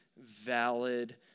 valid